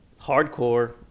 hardcore